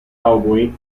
cowboy